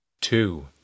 Two